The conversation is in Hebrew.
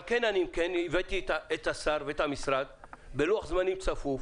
אבל כן הבאתי את השר ואת המשרד בלוח זמנים צפוף